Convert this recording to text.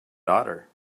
daughter